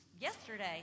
yesterday